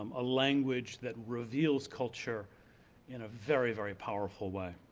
um a language that reveals culture in a very very powerful way.